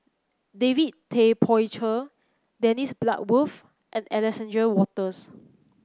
David Tay Poey Cher Dennis Bloodworth and Alexander Wolters